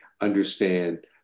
understand